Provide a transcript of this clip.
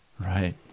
Right